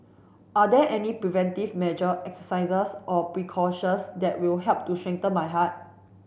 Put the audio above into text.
are there any preventive measure exercises or precautions that will help to strengthen my heart